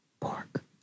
pork